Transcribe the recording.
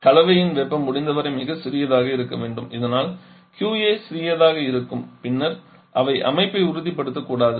கலவையின் வெப்பம் முடிந்தவரை மிகச்சிறியதாக இருக்க வேண்டும் இதனால் QA சிறியதாக இருக்கும் பின்னர் அவை அமைப்பை உறுதிப்படுத்தக்கூடாது